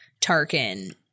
Tarkin